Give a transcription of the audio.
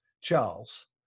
Charles